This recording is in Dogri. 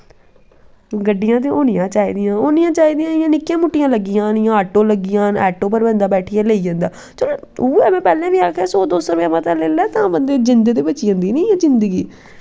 गड्डियां ते होनियां चाही दियां इयां निक्कियां मुट्टियां लग्गी जना इयां ऑटो लग्गी जान ऑटो पर बंदा बैट्ठियै लेई जंदा चलो उऐ में पैह्लैं बी आक्खेआ सौ दो सौ रपेआ मता लेई तां बंदे दी जिन्द ते बची जंदी नी इयां जिन्दगी